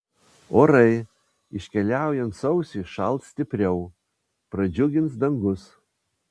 orai iškeliaujant sausiui šals stipriau pradžiugins dangus